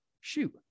shoot